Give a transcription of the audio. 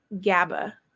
GABA